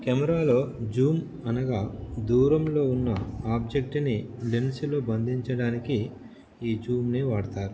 కెమెరాలో జూమ్ అనగా దూరంలో ఉన్న ఆబ్జెక్టుని లెన్సులో బంధించడానికి ఈ జూమ్ని వాడతారు